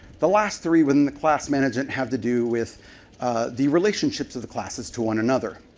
the last three within the class management have to do with the relationships of the classes to one another.